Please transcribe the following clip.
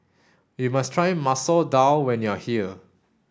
you must try Masoor Dal when you are here